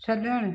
छॾणु